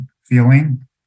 feeling